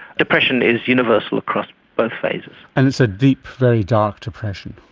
depression is universal across both phases. and it's a deep, very dark depression.